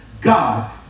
God